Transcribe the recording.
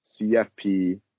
CFP